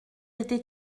été